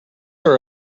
are